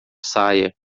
saia